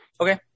Okay